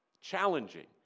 challenging